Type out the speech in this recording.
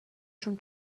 شون